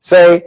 Say